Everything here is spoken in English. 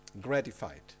gratified